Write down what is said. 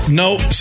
nope